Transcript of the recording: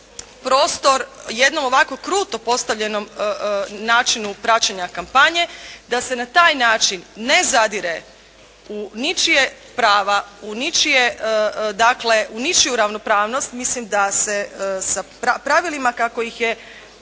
prostor, jednom ovako kruto postavljenom načinu praćenja kampanje, da se na taj način ne zadire u ničija prava, u ničije, dakle, u ničiju ravnopravnost. Mislim da se sa pravilima kako ih je